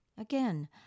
Again